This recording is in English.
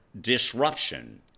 disruption